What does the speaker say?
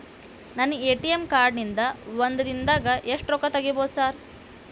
ನನ್ನ ATM card ನಿಂದಾ ಒಂದ್ ದಿಂದಾಗ ಎಷ್ಟ ರೊಕ್ಕಾ ತೆಗಿಬೋದು ಸಾರ್?